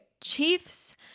Chiefs